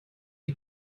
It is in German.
die